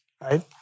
right